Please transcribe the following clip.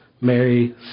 Mary